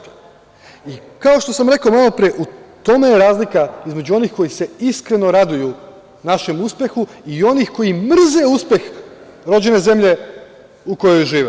Kao što sam rekao malopre, u tome je razlika između onih kojih se iskreno raduju našem uspehu i onih koji mrze uspeh rođene zemlje u kojoj žive.